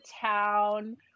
Town